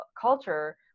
culture